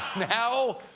now,